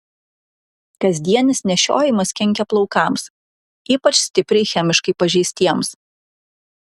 kasdienis nešiojimas kenkia plaukams ypač stipriai chemiškai pažeistiems